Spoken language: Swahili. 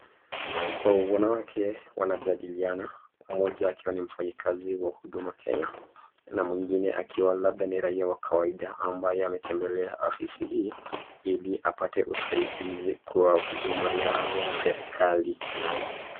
Wanawake wanajadiliana, mmoja akiwa ni mfanyikazi wa huduma Kenya na mwingine akiwa labda ni raia wa kawaida ambaye ametembelea ofisi hii ili apate usaidizi kwa huduma ya serikali.